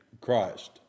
Christ